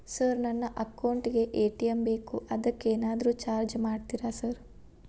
Sir ನನ್ನ account ಗೇ ATM ಬೇಕು ಅದಕ್ಕ ಏನಾದ್ರು ಚಾರ್ಜ್ ಮಾಡ್ತೇರಾ ಸರ್?